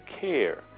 care